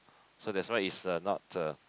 so that's why is a not the